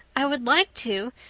i would like to,